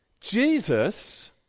Jesus